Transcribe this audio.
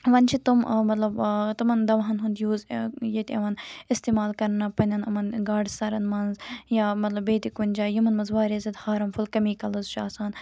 وۄنۍ چھِ تم آ مطلب آ تمَن دَوہَن ہُند یوٗز ییٚتہِ یِوان استعمال کَرنہٕ پَننٮ۪ن یِمَن گاڈٕ سَرَن مَنز یا مطلب بیٚیہِ تہِ کُنہِ جایہِ یِمَن مَنز واریاہ زیادٕ ہارَم فُل کیمِکَلٕز چھِ آسان